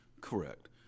Correct